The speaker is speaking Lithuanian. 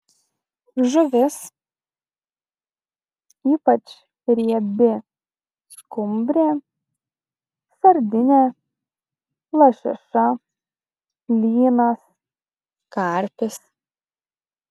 žuvis ypač riebi skumbrė sardinė lašiša lynas karpis